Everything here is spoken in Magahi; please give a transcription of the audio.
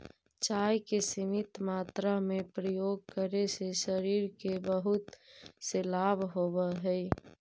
चाय के सीमित मात्रा में प्रयोग करे से शरीर के बहुत से लाभ होवऽ हइ